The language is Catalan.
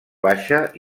baixa